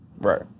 Right